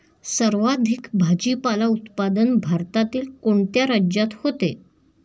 सर्वाधिक भाजीपाला उत्पादन भारतातील कोणत्या राज्यात होते?